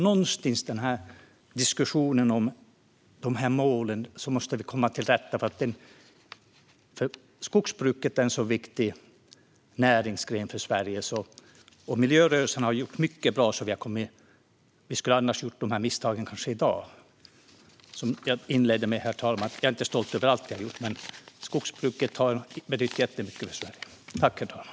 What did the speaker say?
Någonstans i diskussionen måste vi komma till rätta med de här målen, för skogsbruket är en så viktig näringsgren för Sverige. Miljörörelsen har gjort mycket bra. Annars skulle vi kanske ha gjort de här misstagen än i dag. Som jag inledde med, herr talman: Jag är inte stolt över allt jag har gjort, men skogsbruket har betytt jättemycket för Sverige.